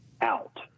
out